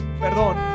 perdón